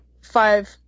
five